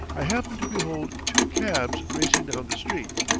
i happen to behold two cabs racing down the street,